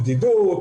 הבדידות,